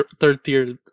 third-tier